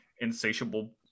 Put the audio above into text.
insatiable